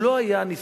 הוא לא היה נזקק,